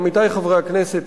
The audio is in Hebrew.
עמיתי חברי הכנסת,